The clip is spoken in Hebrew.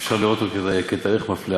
שגם לכאורה אפשר לראות אותו כתאריך מפלה.